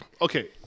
Okay